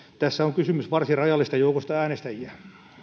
tässä on kysymys varsin rajallisesta joukosta äänestäjiä